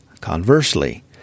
Conversely